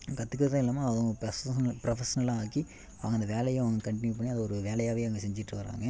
கத்துக்கிறதும் இல்லாமல் அவங்க ப்ரொஃபஷ்னலும் ஆகி அவங்க அந்த வேலையை அவங்க கன்டினியூ பண்ணி அது ஒரு வேலையாகவே அவங்க செஞ்சிகிட்டு வராங்க